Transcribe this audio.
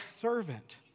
servant